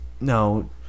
no